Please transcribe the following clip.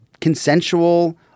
consensual